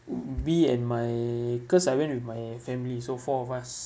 mm be and my cause I went with my family so four of us